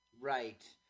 Right